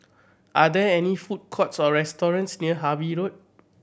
are there any food courts or restaurants near Harvey Road